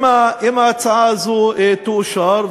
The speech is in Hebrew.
אם ההצעה הזאת תאושר,